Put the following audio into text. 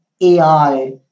AI